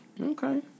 Okay